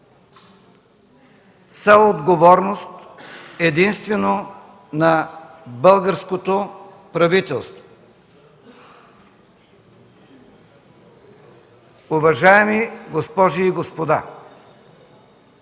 са отговорност единствено на българското правителство. Уважаеми госпожи и господа!